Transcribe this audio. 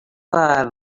per